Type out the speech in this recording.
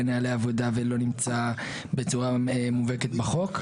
נהלי עבודה ולא נמצא בצורה מובהקת בחוק,